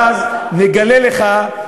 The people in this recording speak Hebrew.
ואז נגלה לך,